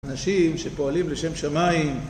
אנשים שפועלים לשם שמיים